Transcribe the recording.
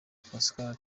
pascal